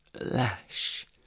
lash